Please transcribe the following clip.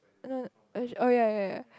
uh no oh ya ya ya